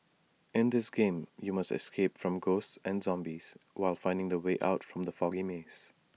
in this game you must escape from ghosts and zombies while finding the way out from the foggy maze